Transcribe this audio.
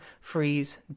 freeze